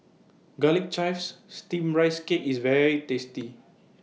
Garlic Chives Steamed Rice Cake IS very tasty